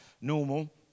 normal